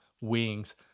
wings